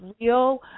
real